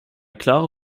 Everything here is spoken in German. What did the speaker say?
klare